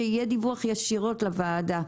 שיהיה דיווח של הקרן ישירות לוועדה,